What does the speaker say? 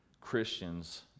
Christians